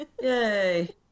Yay